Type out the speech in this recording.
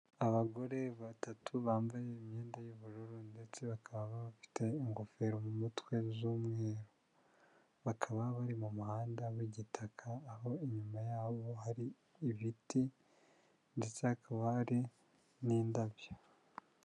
Abagore batatu bambaye imyenda y'ubururu ndetse bakaba baba bafite ingofero mu mutwe z'umweru. Bakaba bari mu muhanda w'igitaka, aho inyuma yabo hari ibiti ndetse hakaba hari n'indabyo.